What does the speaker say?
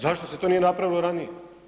Zašto se to nije napravilo ranije?